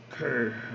Okay